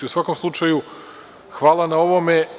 U svakom slučaju hvala na ovome.